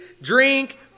drink